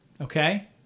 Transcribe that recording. okay